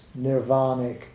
nirvanic